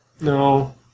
No